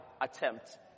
attempt